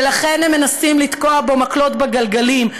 ולכן הם מנסים לתקוע בו מקלות בגלגלים,